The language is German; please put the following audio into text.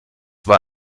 war